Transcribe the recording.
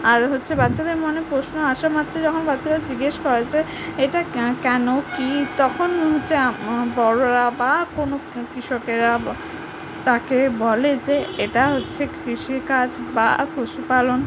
আর হচ্ছে বাচ্চাদের মনে প্রশ্ন আসামাত্রই যখন বাচ্চারা জিজ্ঞেস করে যে এটা কেন কি তখন যে বড়রা বা কোনও কৃৃষকেরা তাকে বলে যে এটা হচ্ছে কৃষিকাজ বা পশুপালন